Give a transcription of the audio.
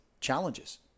challenges